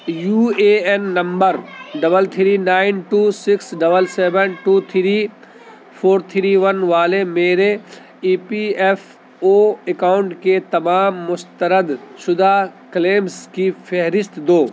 you A N number double three nine two six double seven two three four three one والے میرے E P F O account کے تمام مستردشدہ claims کی فہرست دو